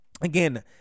again